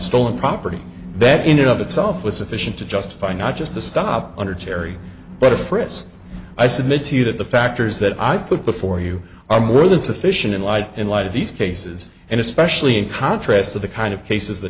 stolen property that in and of itself was sufficient to justify not just a stop under gerry but a frisk i submit to you that the factors that i put before you are more than sufficient in light in light of these cases and especially in contrast to the kind of cases the